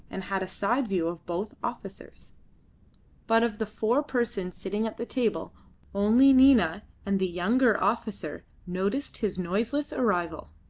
and had a side view of both officers but of the four persons sitting at the table only nina and the younger officer noticed his noiseless arrival.